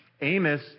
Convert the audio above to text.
Amos